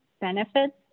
benefits